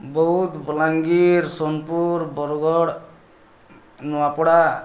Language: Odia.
ବୌଦ୍ଧ ବଲାଙ୍ଗୀର ସୋନପୁର ବରଗଡ଼ ନୂଆପଡ଼ା